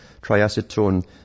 triacetone